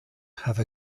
have